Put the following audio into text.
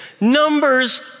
numbers